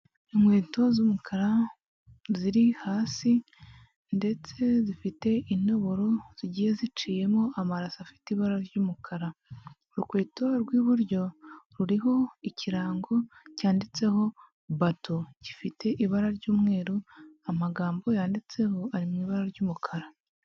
Inkweto z'umukara ziri hasi ndetse zifite intoboro zigiye ziciyemo amarasi afite ibara ry'umukara, urukweto rw'iburyo ruriho ikirango cyanditseho bato gifite ibara ry'umweru amagambo yanditseho ari mu ibara ry'umukara.